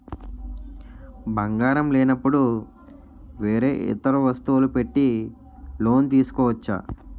బంగారం లేనపుడు వేరే ఇతర వస్తువులు పెట్టి లోన్ తీసుకోవచ్చా?